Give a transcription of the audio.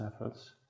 efforts